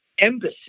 embassy